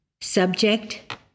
Subject